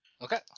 Okay